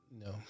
no